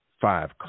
five